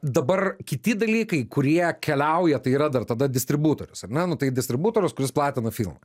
dabar kiti dalykai kurie keliauja tai yra dar tada distributorius ar ne nu tai distributorius kuris platina filmą